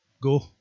Go